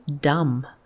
dumb